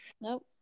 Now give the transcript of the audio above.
Nope